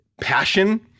passion